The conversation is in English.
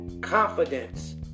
confidence